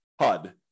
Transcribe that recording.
HUD